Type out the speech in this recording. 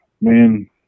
man